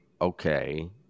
okay